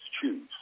choose